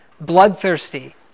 bloodthirsty